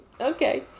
Okay